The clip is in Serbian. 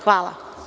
Hvala.